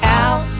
out